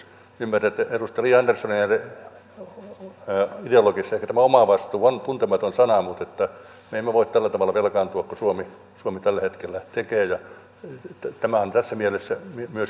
ymmärrän että edustaja li anderssonin ideologiassa ehkä tämä omavastuu on tuntematon sana mutta me emme voi tällä tavalla velkaantua kuin suomi tällä hetkellä tekee ja tämä on tässä mielessä myöskin oikea signaali